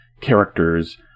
characters